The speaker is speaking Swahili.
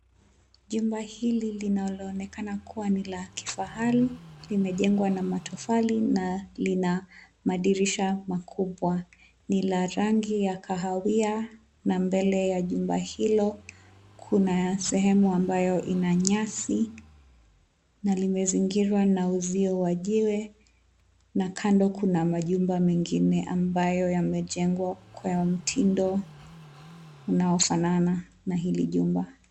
Jumba hili linaloonekana kuwa ni la kifahari. Limejengwa na matofali na lina madirisha makubwa. Ni la rangi ya kahawia na mbele ya jumba hilo kuna sehemu ambayo ina nyasi na limezingira na uzio wa jiwe na kando kuna majumba mengine ambayo yamejengwa kwa mtindo unaofanana na hili jumba.